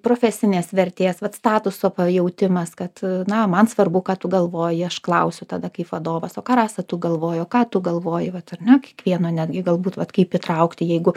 profesinės vertės vat statuso pajautimas kad na o man svarbu ką tu galvoji aš klausiu tada kaip vadovas o ką rasa tu galvoji o ką tu galvoji vat ar ne kiekvieno netgi galbūt vat kaip įtraukti jeigu